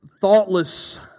thoughtless